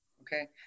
okay